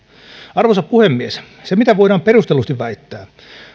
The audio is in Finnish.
arvoisa puhemies se mitä voidaan perustellusti väittää